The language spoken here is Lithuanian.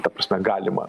ta prasme galima